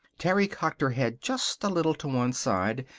terry cocked her head just a little to one side,